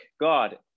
God